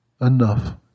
enough